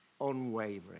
unwavering